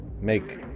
make